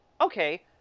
Okay